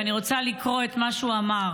ואני רוצה לקרוא את מה שהוא אמר.